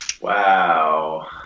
wow